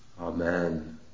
Amen